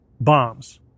bombs